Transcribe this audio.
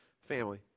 family